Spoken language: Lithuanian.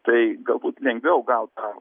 tai galbūt lengviau gaut tą